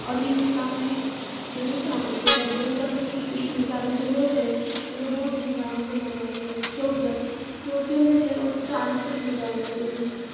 आओर ई मिथिलामे बहुत ठाम होइत छै तऽ बहुत रास शक्तिपीठ मिथिलामे सेहो छै तकर बाद धूमधामसँ मनायल जाइत छै चौड़चन चौड़चन जे छै ने ओ चाँदके पूजा होइत छनि ओहिमे